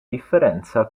differenza